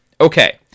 Okay